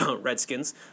Redskins